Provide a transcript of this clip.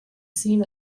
seen